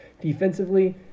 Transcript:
Defensively